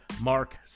Mark